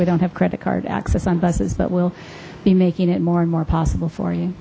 we don't have credit card access on buses but we'll be making it more and more possible for you